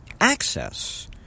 access